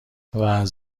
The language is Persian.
واز